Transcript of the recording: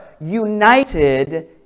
united